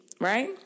right